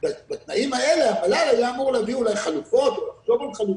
בתנאים האלה המל"ל היה אמור להביא חלופות או לחשוב על חלופות,